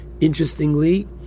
Interestingly